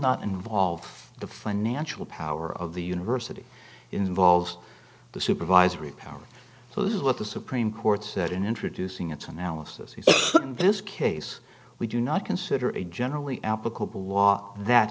not involve the financial power of the university involved the supervisory powers so this is what the supreme court said in introducing its analysis in this case we do not consider it generally applicable law that